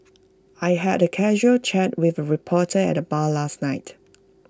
I had A casual chat with A reporter at the bar last night